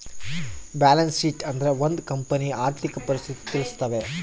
balance sheet ಅಂದ್ರೆ ಒಂದ್ ಕಂಪನಿಯ ಆರ್ಥಿಕ ಪರಿಸ್ಥಿತಿ ತಿಳಿಸ್ತವೆ